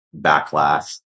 backlash